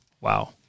wow